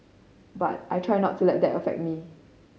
but I try not to let that affect me